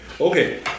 Okay